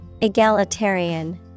Egalitarian